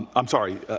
i'm sorry.